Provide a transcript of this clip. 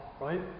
right